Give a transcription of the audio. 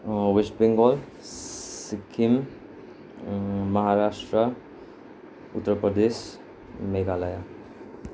West Bengal Sikkim Maharashtra Uttar Pradesh Meghalaya